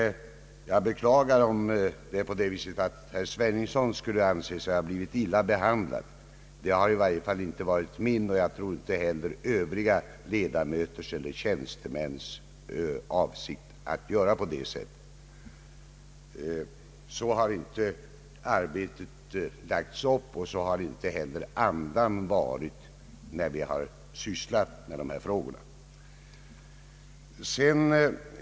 Jag beklagar dock om herr Sveningsson anser sig ha blivit illa behandlad. Det har i varje fall inte varit min eller övriga ledamöters eller tjänstemäns avsikt. Så har arbetet inte lagts upp, och sådan har inte heller andan varit när vi sysslat med dessa frågor.